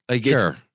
Sure